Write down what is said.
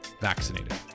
vaccinated